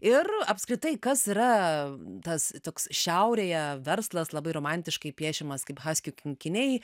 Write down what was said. ir apskritai kas yra tas toks šiaurėje verslas labai romantiškai piešimas kaip haskių kinkiniai